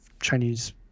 Chinese